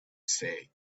said